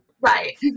right